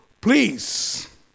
please